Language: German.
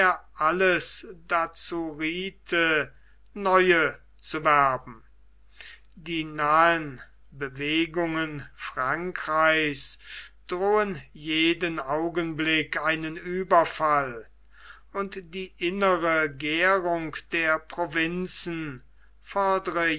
alles dazu riethe neue zu werben die nahen bewegungen frankreichs drohen jeden augenblick einen ueberfall und die innere gährung der provinzen